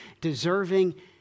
deserving